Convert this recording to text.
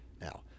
Now